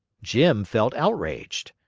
jim felt outraged.